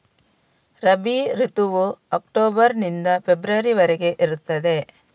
ರಬಿ ಋತುವು ಅಕ್ಟೋಬರ್ ನಿಂದ ಫೆಬ್ರವರಿ ವರೆಗೆ ಇರ್ತದೆ